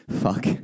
fuck